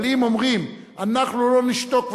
אבל אם אומרים: אנחנו לא נשתוק,